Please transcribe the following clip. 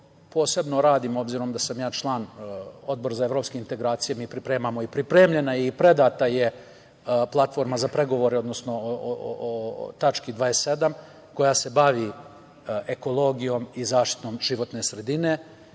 posebno radimo, obzirom da sam ja član Odbora za evropske integracije. Mi pripremamo i pripremljena je i predata je Platforma za pregovor, odnosno o tački 27. koja se bavi ekologijom i zaštitom životne sredine.